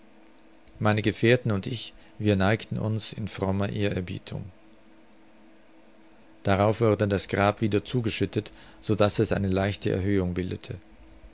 meine gefährten und ich wir neigten uns in frommer ehrerbietung darauf wurde das grab wieder zugeschüttet so daß es eine leichte erhöhung bildete